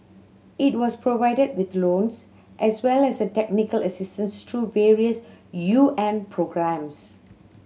it was provided with loans as well as a technical assistance through various U N programmes